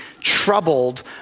troubled